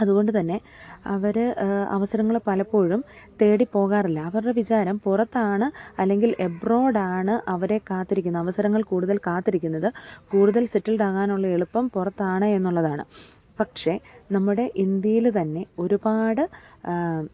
അതുകൊണ്ടു തന്നെ അവർ അവസരങ്ങൾ പലപ്പോഴും തേടി പോകാറില്ല അവരുടെ വിചാരം പുറത്താണ് അല്ലെങ്കിൽ എബ്രോഡാണ് അവരെ കാത്തിരിക്കുന്ന അവസരങ്ങള് കൂടുതൽ കാത്തിരിക്കുന്നത് കൂടുതൽ സെറ്റിൽഡാകാനുളള എളുപ്പം പുറത്താണ് എന്നുള്ളതാണ് പക്ഷേ നമ്മുടെ ഇന്ത്യയിൽ തന്നെ ഒരുപാട്